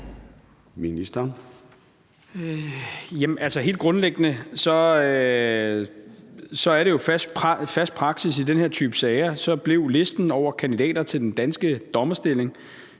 Helt grundlæggende er det fast praksis i den her type sager, at listen over kandidater til den danske dommerstilling